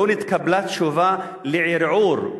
לא נתקבלה תשובה על הערעור,